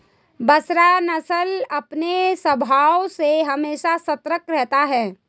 बसरा नस्ल अपने स्वभाव से हमेशा सतर्क रहता है